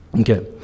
Okay